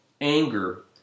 anger